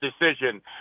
decision